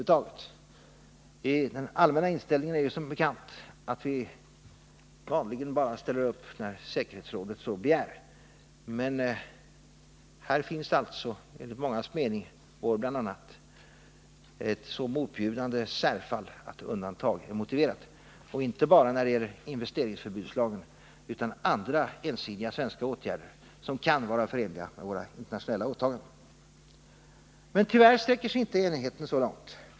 Den inställningen är ju som bekant att vi vanligen ställer upp bara när säkerhetsrådet så begär. Men här är det alltså enligt mångas mening fråga om ett så motbjudande särfall att ett undantag är motiverat, inte bara när det gäller en lag om investeringsförbud utan också beträffande andra ensidiga svenska åtgärder som kan vara förenliga med våra internationella åtaganden. Men tyvärr sträcker sig inte enigheten så långt.